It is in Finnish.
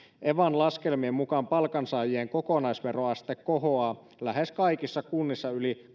evan laskelmien mukaan palkansaajien kokonaisveroaste kohoaa lähes kaikissa kunnissa yli